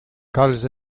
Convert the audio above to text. kalz